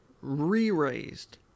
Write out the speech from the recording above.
re-raised